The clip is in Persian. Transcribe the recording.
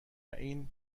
این